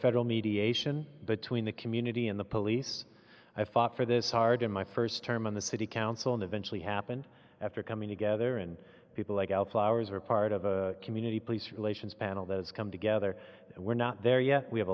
federal mediation between the community and the police i fought for this hard in my first term on the city council and eventually happen after coming together and people like al flowers are part of a community police relations panel those come together and we're not there yet we have